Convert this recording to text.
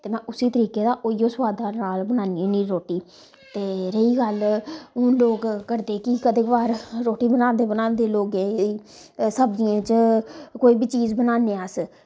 में उसी तरीके दा ओईयो सोआदा नाल बनान्नी होन्नी रोटी ते रेही गल्ल हून लोग करदे कि क'दें बार रोटी बनांदे बनांदे लोगें गी सब्जियें च कोई बी चीज़ बनाने अस